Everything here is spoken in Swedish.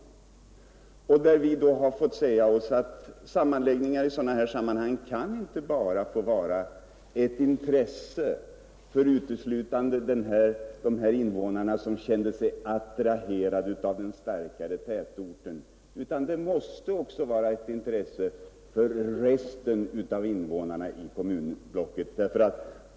Vi har då fått säga oss att kommunsammanläggning i sådana sammanhang inte kan få vara ett intresse för uteslutande de invånare som känt sig attraherade av den starkare tätorten, utan det måste också vara ett intresse för resten av invånarna i kommunblocket.